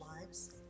lives